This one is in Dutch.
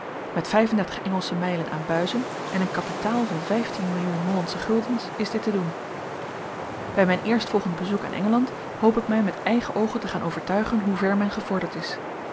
met engelsche mijlen aan buizen en een kapitaal van vijftien millioen hollandsche guldens is dit te doen bij mijn eerstvolgend bezoek aan engeland hoop ik mij met eigen oogen te gaan overtuigen hoe ver men gevorderd is